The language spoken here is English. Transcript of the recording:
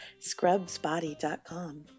ScrubsBody.com